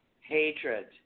Hatred